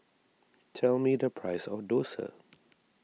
tell me the price of Dosa